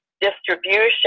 distribution